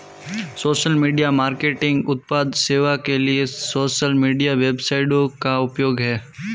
social media marketing उत्पाद सेवा के लिए सोशल मीडिया वेबसाइटों का उपयोग है